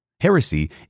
Heresy